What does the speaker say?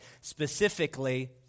specifically